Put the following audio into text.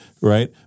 Right